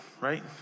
right